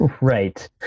Right